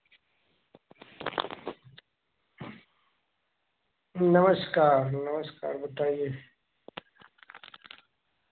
नमस्कार नमस्कार बताईए